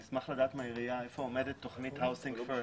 נשמח לדעת מהעירייה איפה עומדת תכנית האוסינג פירסט,